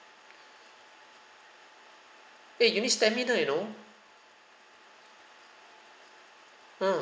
eh you need stamina you know mm